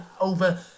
over